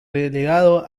relegado